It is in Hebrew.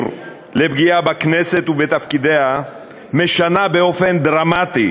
לפגיעה בכנסת ובתפקידיה משנה באופן דרמטי